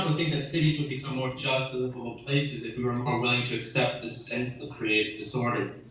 um think that cities would become more just livable places if we were more willing to accept the sense of created disorder.